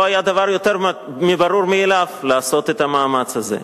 לא היה דבר יותר ברור מאליו לעשות את המאמץ הזה.